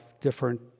different